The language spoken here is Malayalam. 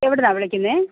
എവിടുന്നാണ് വിളിക്കുന്നത്